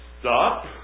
Stop